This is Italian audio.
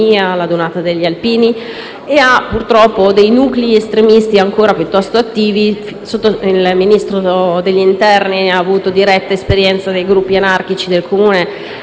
all'adunata degli Alpini, e purtroppo ha dei nuclei estremisti ancora piuttosto attivi (il Ministro degli interni ha avuto diretta esperienza dei gruppi anarchici del Comune